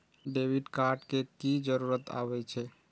Debit card के की जरूर आवे छै?